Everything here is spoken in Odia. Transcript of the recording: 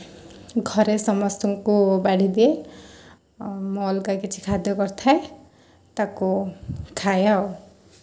ଘରେ ସମସ୍ତଙ୍କୁ ବାଢ଼ି ଦିଏ ମୁଁ ଅଲଗା କିଛି ଖାଦ୍ୟ କରିଥାଏ ତାକୁ ଖାଏ